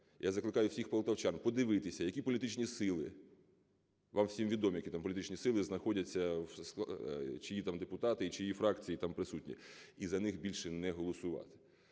Я закликаю всіх полтавчан подивитися, які політичні сили. Вам всім відомо, які там політичні сили знаходяться, чиї там депутати і чиї фракції там присутні, і за них більше не голосувати.